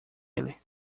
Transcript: ele